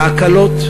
ההקלות,